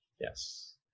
Yes